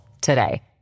today